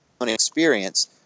experience